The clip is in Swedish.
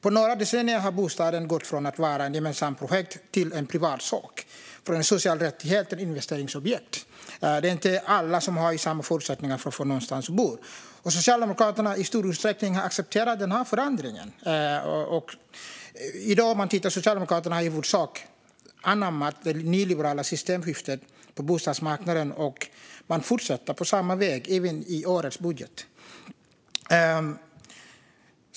På några decennier har bostaden gått från ett gemensamt projekt till en privatsak, från en social rättighet till ett investeringsobjekt. Alla har inte samma förutsättningar att få någonstans att bo. Socialdemokraterna har i stor utsträckning accepterat denna förändring. I dag har Socialdemokraterna i huvudsak anammat det nyliberala systemskiftet på bostadsmarknaden, och man fortsätter på samma väg även i årets budget.